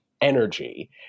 energy